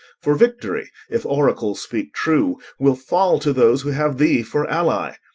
for victory, if oracles speak true, will fall to those who have thee for ally.